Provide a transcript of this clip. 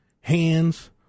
hands